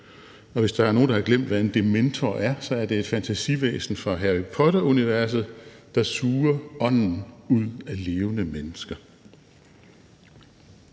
Hvis der er nogen, der har glemt, hvad en dementor er, så er det et fantasivæsen fra Harry Potter-universet, der suger ånden ud af levende mennesker.